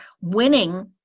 winning